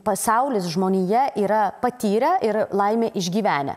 pasaulis žmonija yra patyrę ir laimei išgyvenę